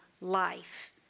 life